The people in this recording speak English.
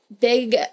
big